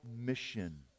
mission